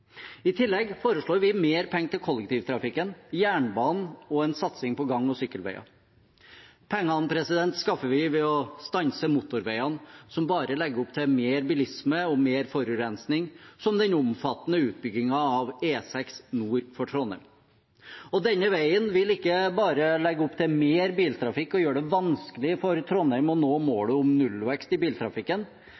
I tillegg foreslår vi mer penger til kollektivtrafikken, jernbanen og en satsing på gang- og sykkelveier. Pengene skaffer vi ved å stanse motorveiene, som bare legger opp til mer bilisme og mer forurensning, som den omfattende utbyggingen av E6 nord for Trondheim. Denne veien vil ikke bare legge opp til mer biltrafikk og gjøre det vanskelig for Trondheim å nå